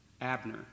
Abner